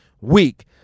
week